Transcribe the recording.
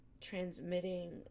transmitting